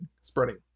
spreading